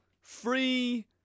free